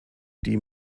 die